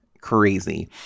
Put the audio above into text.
crazy